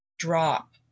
drop